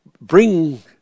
bring